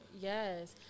Yes